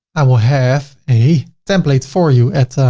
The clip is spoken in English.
i will have a template for you at